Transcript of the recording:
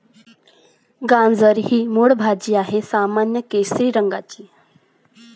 गाजर ही मूळ भाजी आहे, सामान्यत केशरी रंगाची